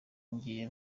ngiye